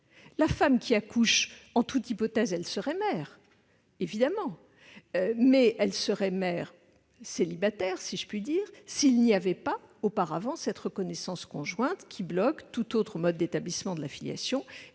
La femme qui accouche est mère en toutes hypothèses, évidemment, mais elle serait mère célibataire, si je puis dire, s'il n'y avait cette reconnaissance conjointe qui bloque tout autre mode d'établissement de la filiation